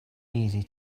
easy